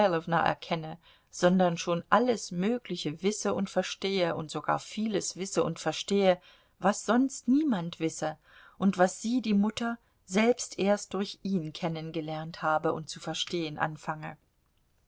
erkenne sondern schon alles mögliche wisse und verstehe und sogar vieles wisse und verstehe was sonst niemand wisse und was sie die mutter selbst erst durch ihn kennengelernt habe und zu verstehen anfange